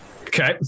Okay